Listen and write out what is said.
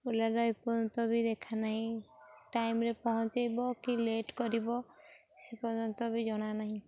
ଓଲାଟା ଏପର୍ଯ୍ୟନ୍ତ ବି ଦେଖା ନାହିଁ ଟାଇମ୍ରେ ପହଞ୍ଚାଇବ କି ଲେଟ୍ କରିବ ସେ ପର୍ଯ୍ୟନ୍ତ ବି ଜଣା ନାହିଁ